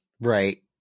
Right